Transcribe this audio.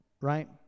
right